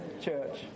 church